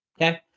Okay